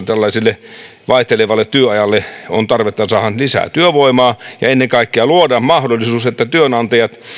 tällaiselle vaihtelevalle työajalle on tarvetta saadaan lisää työvoimaa ja ennen kaikkea luodaan mahdollisuus että työnantajat